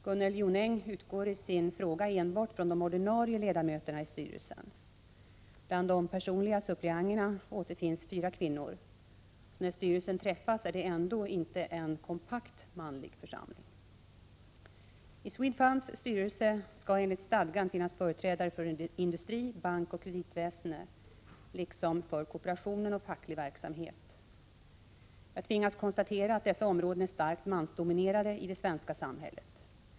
Gunnel Jonäng utgår i sin fråga enbart från de ordinarie ledamöterna i styrelsen. Bland de personliga suppleanterna återfinns fyra kvinnor, så när styrelsen träffas är den ändå inte en kompakt manlig församling. I Swedfunds styrelse skall enligt stadgan finnas företrädare för industri, bankoch kreditväsende, liksom för kooperation och facklig verksamhet. Jag tvingas konstatera, att dessa områden är starkt mansdominerade i det svenska samhället.